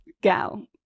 gal